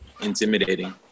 Intimidating